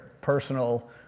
personal